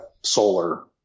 solar